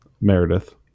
Meredith